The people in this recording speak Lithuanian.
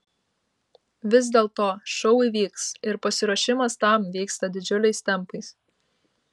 vis dėlto šou įvyks ir pasiruošimas tam vyksta didžiuliais tempais